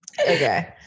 Okay